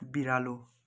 बिरालो